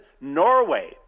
Norway